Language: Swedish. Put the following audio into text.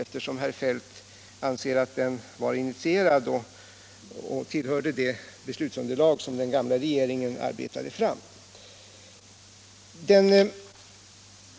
Herr Feldt anser ju att den utredningen tillhör det beslutsunderlag som den gamla regeringen arbetade fram.